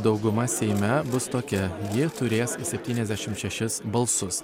dauguma seime bus tokia ji turės septyniasdešim šešis balsus